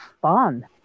fun